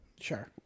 Sure